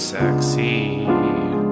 sexy